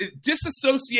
disassociate